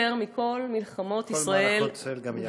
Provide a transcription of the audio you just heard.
יותר מבכל מערכות ישראל, כל מערכות ישראל גם יחד.